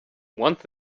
once